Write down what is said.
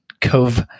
Cove